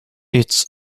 its